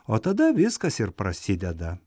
o tada viskas ir prasideda